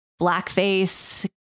blackface